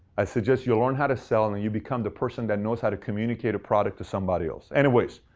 i suggest you learn how to sell and you become the person that knows how to communicate a product to somebody else. anyways,